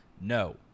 No